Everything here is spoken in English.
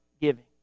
giving